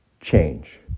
change